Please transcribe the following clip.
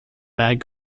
bad